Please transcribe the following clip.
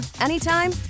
anytime